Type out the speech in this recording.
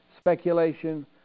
speculation